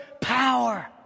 power